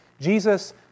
Jesus